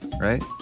right